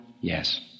Yes